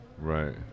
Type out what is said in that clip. Right